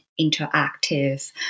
interactive